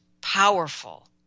powerful